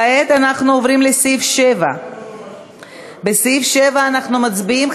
כעת אנחנו עוברים לסעיף 7. בסעיף 7 אנחנו מצביעים,